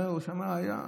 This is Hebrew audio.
שם היה,